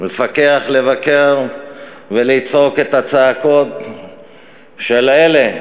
לפקח, לבקר ולצעוק את הצעקות של אלה,